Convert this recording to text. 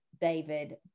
David